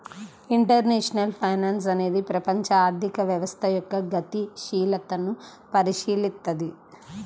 international finance అనేది ప్రపంచ ఆర్థిక వ్యవస్థ యొక్క గతిశీలతను పరిశీలిత్తది